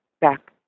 back